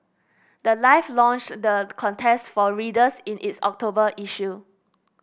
the life launched the contest for readers in its October issue